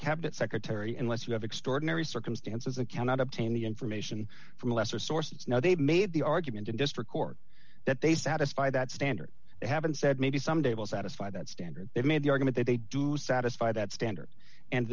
cabinet secretary unless you have extraordinary circumstances and cannot obtain the information from lesser sources now they've made the argument in district court that they satisfy that standard they haven't said maybe someday will satisfy that standard they've made the argument that they do satisfy that standard and